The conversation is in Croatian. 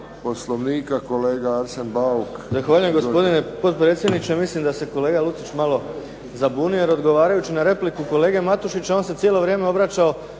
Bauk. **Bauk, Arsen (SDP)** Zahvaljujem gospodine potpredsjedniče. Mislim da se kolega Lucić malo zabunio jer odgovarajući na repliku kolege Matušića, on se cijelo vrijeme obraćao